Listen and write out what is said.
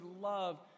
love